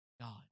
God